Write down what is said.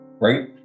right